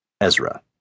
Ezra